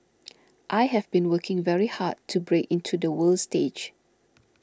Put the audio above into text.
I have been working very hard to break into the world stage